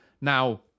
Now